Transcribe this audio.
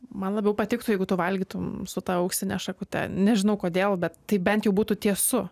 man labiau patiktų jeigu tu valgytum su auksine šakute nežinau kodėl bet tai bent jau būtų tiesu